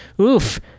Oof